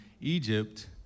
Egypt